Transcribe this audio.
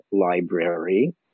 library